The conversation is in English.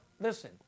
Listen